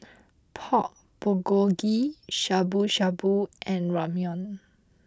Pork Bulgogi Shabu Shabu and Ramyeon